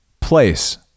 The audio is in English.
place